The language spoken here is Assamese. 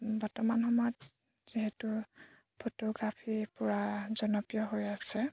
বৰ্তমান সময়ত যিহেতু ফটোগ্ৰাফী পূৰা জনপ্ৰিয় হৈ আছে